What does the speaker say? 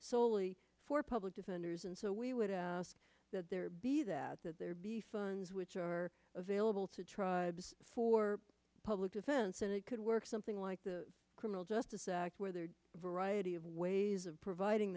soley for public defenders and so we would see that there be that that there be funds which are available to tribes for public defense and it could work something like the criminal justice act where there variety of ways of providing